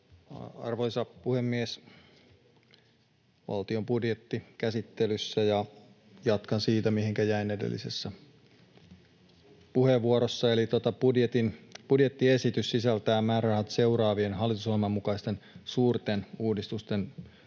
Arvoisa puhemies! Valtion budjetti on käsittelyssä, ja jatkan siitä, mihinkä jäin edellisessä puheenvuorossa. Eli budjettiesitys sisältää määrärahat seuraavien hallitusohjelman mukaisten suurten uudistusten